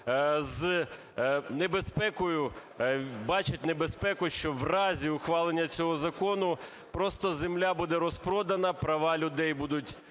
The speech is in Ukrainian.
з небезпекою… бачать небезпеку, що у разі ухвалення цього закону просто земля буде розпродана, права людей будуть